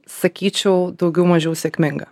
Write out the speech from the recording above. sakyčiau daugiau mažiau sėkminga